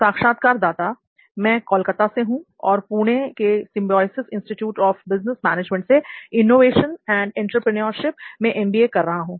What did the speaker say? साक्षात्कारदाता मैं कोलकाता से हूं और पुणे के Symbiosis Institute of Business Management से इनोवेशन एंड एंटरप्रेन्योरशिप कर रहा हूं